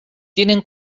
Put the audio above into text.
tienen